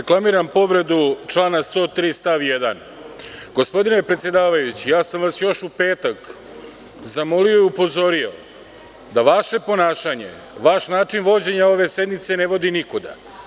Reklamiram povredu člana 103. stav 1. Gospodine predsedavajući, ja sam vas još u petak zamolio i upozorio da vaše ponašanje, vaš način vođenja ove sednice, ne vodi nikuda.